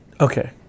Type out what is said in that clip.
Okay